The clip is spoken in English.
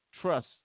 trust